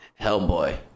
Hellboy